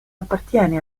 appartiene